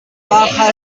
baja